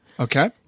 Okay